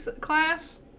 class